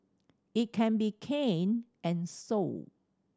it can be canned and sold